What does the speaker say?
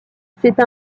c’est